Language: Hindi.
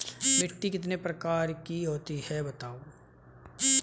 मिट्टी कितने प्रकार की होती हैं बताओ?